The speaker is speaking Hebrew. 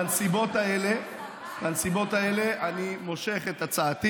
בנסיבות האלה, אני מושך את הצעתי